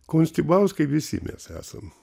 konstibauskai visi mes esam